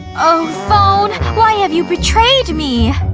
oh phone, why have you betrayed me?